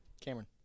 Cameron